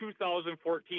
2014